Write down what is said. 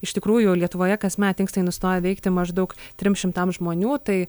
iš tikrųjų lietuvoje kasmet inkstai nustoja veikti maždaug trims šimtams žmonių tai